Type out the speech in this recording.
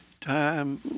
time